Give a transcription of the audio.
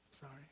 sorry